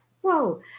Whoa